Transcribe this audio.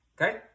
okay